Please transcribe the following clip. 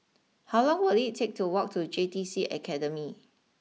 how long will it take to walk to J T C Academy